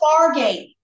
Fargate